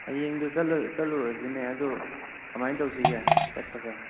ꯍꯌꯦꯡꯗꯨ ꯆꯠꯂꯨꯔꯁꯤꯅꯦ ꯑꯗꯣ ꯀꯃꯥꯏꯅ ꯇꯧꯁꯤꯒꯦ ꯆꯠꯄꯁꯦ